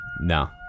No